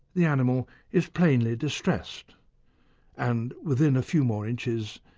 the animal is plainly distressed and, within a few more inches,